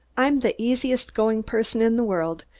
i'm the easiest going person in the world,